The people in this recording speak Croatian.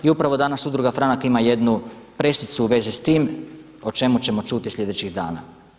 I upravo danas Udruga FRANAK ima jednu pressicu u vezi s time o čemu ćemo čuti sljedećih dana.